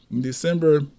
December